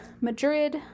Madrid